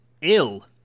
Ill